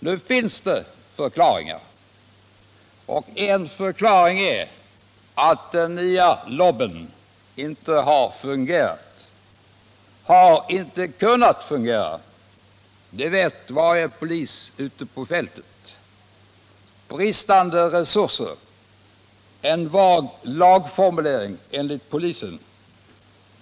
Nu finns det förklaringar, och en förklaring är att den nya LOB inte har fungerat — inte har kunnat fungera. Det vet varje polis på fältet. Bristande resurser, en vag lagformulering, enligt polisen.